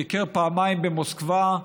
ביקר פעמיים במוסקבה,